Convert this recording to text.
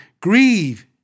grieve